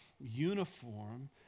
uniform